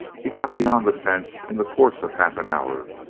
he got beyond the fence in the course of half an hour,